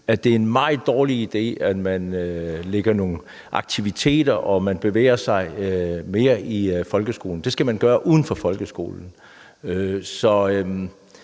at det er en meget dårlig idé, at man lægger nogle aktiviteter ind og bevæger sig mere i folkeskolen. Det skal man gøre uden for folkeskolen.